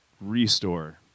restore